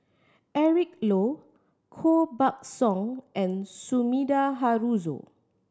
Eric Low Koh Buck Song and Sumida Haruzo